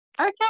Okay